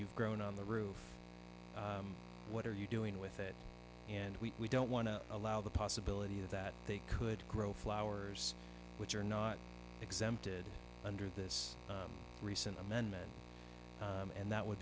you've grown on the roof what are you doing with it and we don't want to allow the possibility that they could grow flowers which are not exempted under this recent amendment and that would